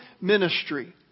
ministry